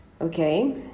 okay